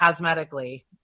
cosmetically